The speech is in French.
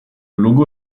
logo